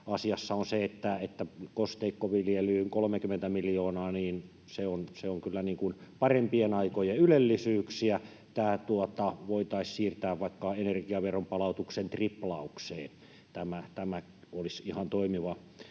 kosteikkoviljelyyn 30 miljoonaa on kyllä parempien aikojen ylellisyyksiä. Tämä voitaisiin siirtää vaikka energiaveron palautuksen triplaukseen. Tämä olisi ihan toimiva